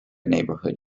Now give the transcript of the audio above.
neighborhood